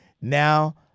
now